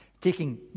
Taking